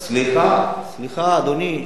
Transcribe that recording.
סליחה, סליחה, אדוני.